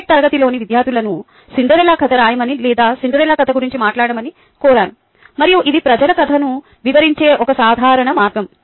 Tech తరగతిలోని విద్యార్థులను Cinderella కథ రాయమని లేదా సిండ్రెల్లా కథ గురించి మాట్లాడమని కొరాను మరియు ఇది ప్రజలు కథను వివరించే ఒక సాధారణ మార్గం